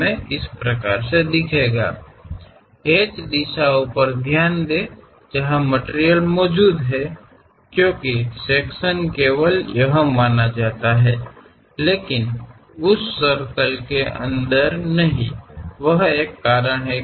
ವಸ್ತು ಇರುವ ಹ್ಯಾಚ್ ದಿಕ್ಕುಗಳನ್ನು ಗಮನಿಸಿ ಏಕೆಂದರೆ ವಿಭಾಗವನ್ನು ಇಲ್ಲಿ ಮಾತ್ರ ಪರಿಗಣಿಸಲಾಗುತ್ತದೆ ಆದರೆ ಆ ವೃತ್ತದ ಒಳಗೆ ಅಲ್ಲ ಅದು ವೃತ್ತವು ಪೂರ್ಣಗೊಳ್ಳಲು ಒಂದು ಕಾರಣವಾಗಿದೆ